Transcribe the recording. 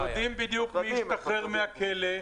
יודעים בדיוק מי השתחרר מהכלא,